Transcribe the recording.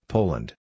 Poland